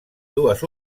dues